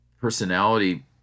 personality